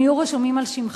הם יהיו רשומים על שמך,